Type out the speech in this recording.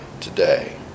today